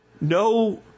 no